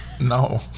No